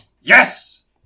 Yes